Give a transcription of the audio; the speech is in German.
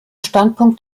standpunkt